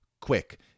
Quick